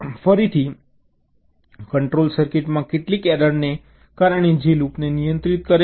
તો ફરીથી કંટ્રોલ સર્કિટમાં કેટલીક એરરને કારણે જે લૂપને નિયંત્રિત કરે છે